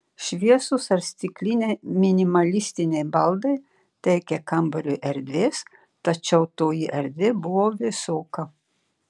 šviesūs ar stikliniai minimalistiniai baldai teikė kambariui erdvės tačiau toji erdvė buvo vėsoka